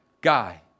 guy